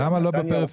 למה לא בפריפריה?